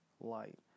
light